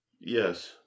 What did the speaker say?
Yes